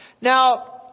now